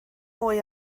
mwy